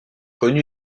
connu